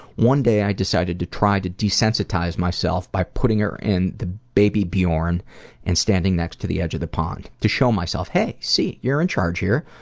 one day i decided to try to desensitize myself by putting her in a baby bjorn and standing next to the edge of the pond to show myself, hey, see, you're in charge here.